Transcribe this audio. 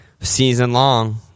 season-long